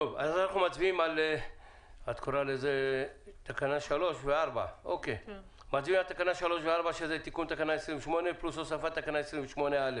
אנחנו מצביעים על תקנה 3 ו-4 שזה תיקון תקנה 28 פלוס הוספת תקנה 28א